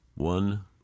One